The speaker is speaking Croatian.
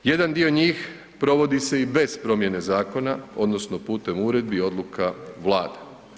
Jedan dio njih provodi se i bez promjene zakona odnosno putem uredbi, odluka Vlade.